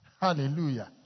Hallelujah